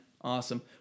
Awesome